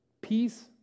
Peace